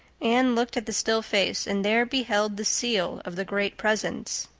anne looked at the still face and there beheld the seal of the great presence.